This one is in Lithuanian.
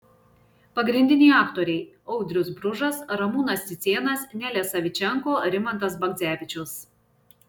pagrindiniai aktoriai audrius bružas ramūnas cicėnas nelė savičenko rimantas bagdzevičius